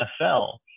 NFL